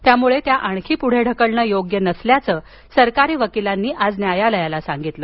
त्यामुळे त्या आणखी पुढे ढकलणं योग्य नसल्याचं सरकारी वकिलांनी आज न्यायालयाला सांगितलं